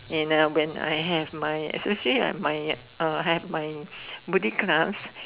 and uh when I have my especially like my uh have my Buddhist class